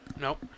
Nope